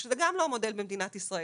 שזה גם לא מודל במדינת ישראל.